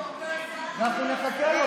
אנחנו נחכה לו.